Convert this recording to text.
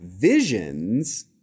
visions